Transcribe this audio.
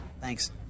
Thanks